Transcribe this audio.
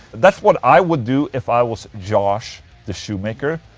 that's what i would do if i was josh the shoemaker.